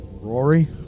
Rory